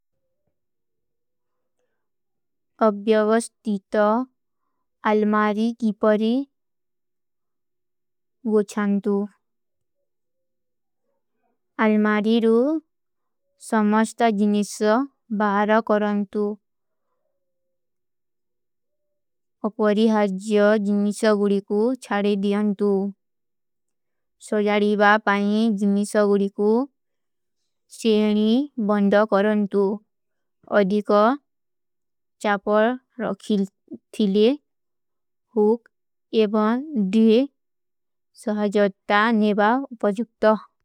ଅଭ୍ଯାଵସ୍ତିତ ଅଲ୍ମାରୀ କୀ ପରୀ ଗୋଚ୍ଛାନ୍ତୂ। ଅଲ୍ମାରୀ ରୋ ସମସ୍ତା ଜିନିସ୍ସ ବାହର କରନ୍ତୂ। ଅପରୀ ହର୍ଜିଯା ଜିନିସ୍ସ ଗୁରୀ କୂ ଚାରେ ଦିଯନ୍ତୂ। ସୋଜାରୀବା ପାଈଂ ଜିନିସ୍ସ ଗୁରୀ କୂ ସେହନୀ ବଂଦ କରନ୍ତୂ। ଅଧିକା ଚାପଲ ରଖୀଲ ଥିଲେ ହୂଗ ଏବନ ଦୁଏ ସହାଜତା ନେବାଵ ବଜୁକତ।